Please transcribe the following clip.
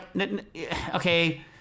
okay